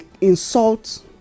insult